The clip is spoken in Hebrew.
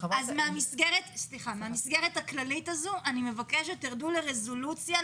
אני מבקשת שמהמסגרת הכללית הזאת תרדו לרזולוציה,